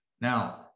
now